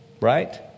right